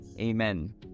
Amen